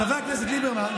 חבר הכנסת ליברמן,